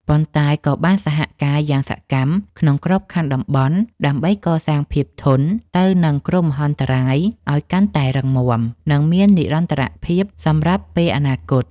ប៉ុន្តែក៏បានសហការយ៉ាងសកម្មក្នុងក្របខ័ណ្ឌតំបន់ ដើម្បីកសាងភាពធន់ទៅនឹងគ្រោះមហន្តរាយឱ្យកាន់តែរឹងមាំ និងមាននិរន្តរភាពសម្រាប់ពេលអនាគត។